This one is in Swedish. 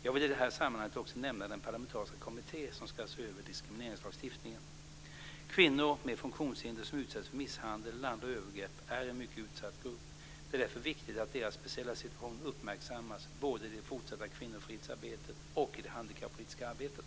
Jag vill i det här sammanhanget också nämna den parlamentariska kommitté (dir. Kvinnor med funktionshinder som utsätts för misshandel eller andra övergrepp är en mycket utsatt grupp. Det är därför viktigt att deras speciella situation uppmärksammas både i det fortsatta kvinnofridsarbetet och i det handikappolitiska arbetet.